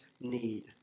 need